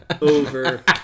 over